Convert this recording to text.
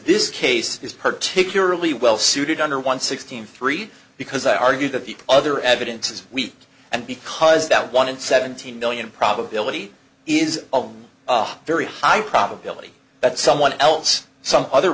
this case is particularly well suited under one sixteen three because i argue that the other evidence is weak and because that one in seventeen million probability is a very high probability that someone else some other